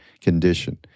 condition